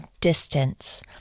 distance